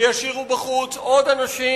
וישאירו בחוץ עוד אנשים,